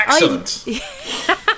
excellent